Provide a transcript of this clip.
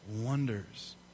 wonders